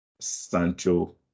Sancho